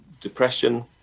depression